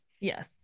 Yes